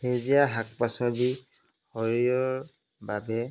সেউজীয়া শাক পাচলি শৰীৰৰ বাবে